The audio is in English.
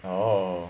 oh